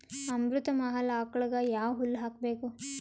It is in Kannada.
ಅಮೃತ ಮಹಲ್ ಆಕಳಗ ಯಾವ ಹುಲ್ಲು ಹಾಕಬೇಕು?